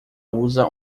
usa